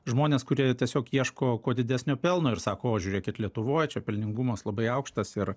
žmonės kurie tiesiog ieško kuo didesnio pelno ir sako o žiūrėkit lietuvoj čia pelningumas labai aukštas ir